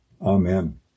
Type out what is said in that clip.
Amen